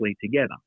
together